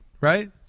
right